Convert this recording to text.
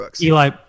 Eli